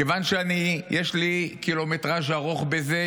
כיוון שיש לי קילומטרז' ארוך בזה,